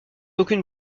aucune